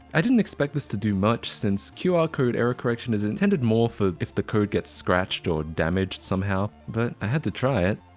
i didn't expect this to do much since qr code error correction is intended more for if the code gets scratched or damaged somehow. but i had to try it.